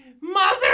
Mother